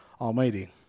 Almighty